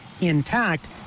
intact